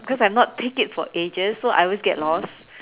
because I'm not take it for ages so I always get lost